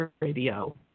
Radio